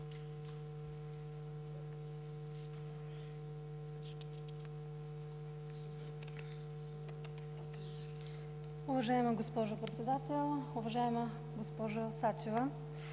Уважаема госпожо Председател! Уважаема госпожо Желева,